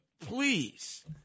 please